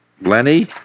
Lenny